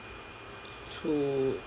to